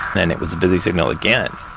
and it was a busy signal again